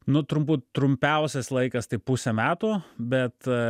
nu trumpų trumpiausias laikas tai pusę metų bet